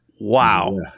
Wow